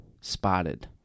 Spotted